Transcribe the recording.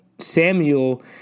Samuel